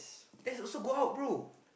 that's also go out bro